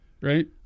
right